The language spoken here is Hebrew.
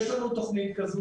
יש לנו תוכנית כזו,